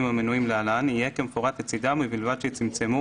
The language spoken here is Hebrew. המנויים להלן יהיה כמפורט לצדם ובלבד שצמצמו,